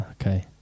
Okay